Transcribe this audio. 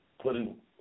putting